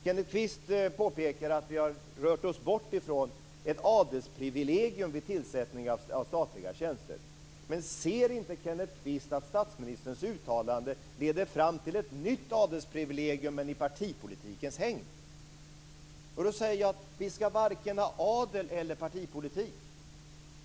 Kenneth Kvist påpekar att vi har rört oss bort ifrån ett adelsprivilegium vid tillsättningen av statliga tjänster. Ser inte Kenneth Kvist att statsministerns uttalande leder fram till ett nytt adelsprivilegium, men i partipolitikens hägn? Vi ska varken ha adel eller partipolitik.